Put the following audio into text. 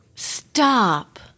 stop